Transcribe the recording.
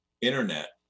internet